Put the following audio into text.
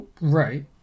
Right